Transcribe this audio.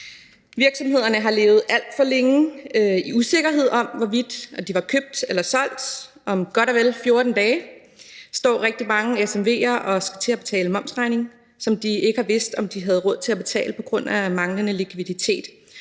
Virksomhederne har levet alt for længe i usikkerhed om, hvorvidt de var købt eller solgt. Om godt og vel 14 dage står rigtig mange SMV'ere og skal til at betale en momsregning, som de ikke har vidst om de havde råd til at betale på grund af manglende likviditet.